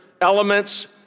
elements